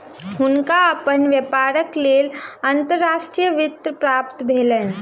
हुनका अपन व्यापारक लेल अंतर्राष्ट्रीय वित्त प्राप्त भेलैन